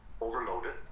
overloaded